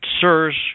SIRS